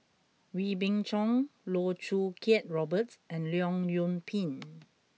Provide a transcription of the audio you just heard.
Wee Beng Chong Loh Choo Kiat Robert and Leong Yoon Pin